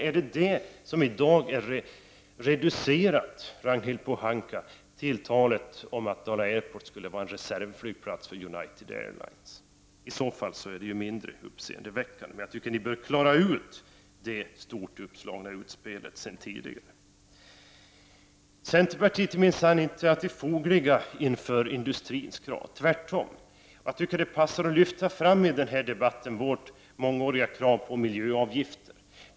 Är detta med en NA TO-bas, Ragnhild Pohanka, kanske det som i dag har reducerats till talet om att Dala Airport skulle vara en reservflygplats för United Airlines? I så fall är det mindre uppseendeväckande, men jag menar att Ragnhild Pohanka och Viola Claesson bör klara ut det tidigare stort uppslagna utspelet. Centerpartiet är minsann inte alltid fogligt inför industrins krav, tvärtom. Det passar enligt min mening bra att i denna debatt lyfta fram vårt krav sedan många år tillbaka på miljöavgifter.